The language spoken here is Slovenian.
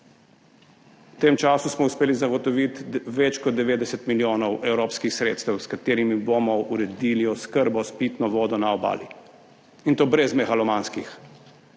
V tem času smo uspeli zagotoviti več kot 90 milijonov evropskih sredstev, s katerimi bomo uredili oskrbo s pitno vodo na Obali, in to brez megalomanskih